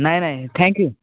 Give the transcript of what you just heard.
नाही नाही थँक्यू